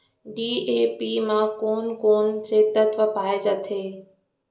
DAP म कोन कोन से तत्व पाए जाथे?